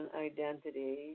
identity